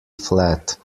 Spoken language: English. flat